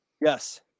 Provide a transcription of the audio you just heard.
Yes